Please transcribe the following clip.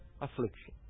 affliction